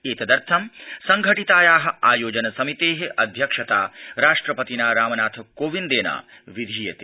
एतदर्थम् संघटिताया आयोजन समिते अध्यक्षता राष्ट्रपतिना रामनाथ कोविन्देन विधीयते